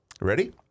Ready